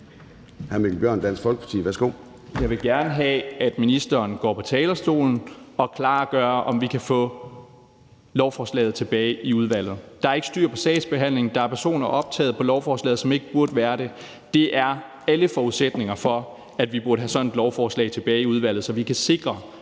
Jeg vil gerne have, at ministeren går på talerstolen og klargør, om vi kan få lovforslaget tilbage i udvalget. Der er ikke styr på sagsbehandlingen. Der er personer optaget på lovforslaget, som ikke burde være det. Der er alle forudsætninger for, at vi burde have sådan et lovforslag tilbage i udvalget, så vi kan sikre,